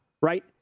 Right